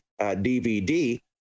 DVD